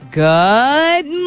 good